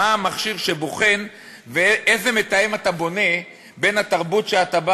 מה המכשיר שבוחן ואיזה מתאם אתה בונה בין התרבות שאתה בא